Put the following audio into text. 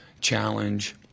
challenge